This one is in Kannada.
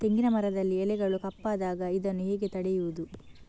ತೆಂಗಿನ ಮರದಲ್ಲಿ ಎಲೆಗಳು ಕಪ್ಪಾದಾಗ ಇದನ್ನು ಹೇಗೆ ತಡೆಯುವುದು?